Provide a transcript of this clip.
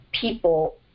people